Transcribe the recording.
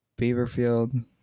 Beaverfield